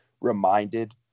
reminded